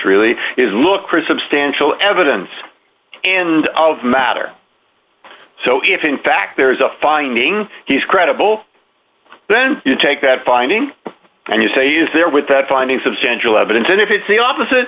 really is look for substantial evidence and matter so if in fact there is a finding he's credible then you take that finding and you say is there without finding substantial evidence and if it's the opposite